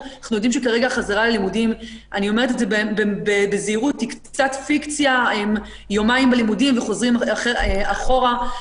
מזון, זה מקומות מסוג אחר לגמרי.